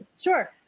Sure